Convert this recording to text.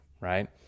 right